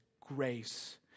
grace